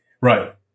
Right